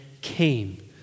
came